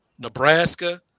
Nebraska